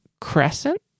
crescent